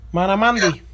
Manamandi